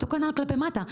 אותו דבר כלפי מטה,